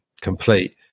complete